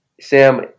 Sam